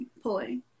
pulling